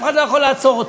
אף אחד לא יכול לעצור אותו.